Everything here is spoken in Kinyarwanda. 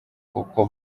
kuko